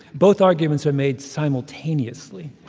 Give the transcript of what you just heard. both arguments are made simultaneously